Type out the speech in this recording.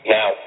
Now